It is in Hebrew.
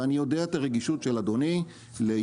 ואני יודע את הרגישות של אדוני לירוחם